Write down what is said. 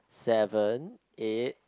seven eight